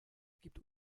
gibt